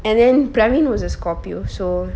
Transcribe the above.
and then praveen was a scorpio so